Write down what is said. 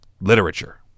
literature